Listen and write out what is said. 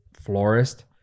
florist